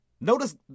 Notice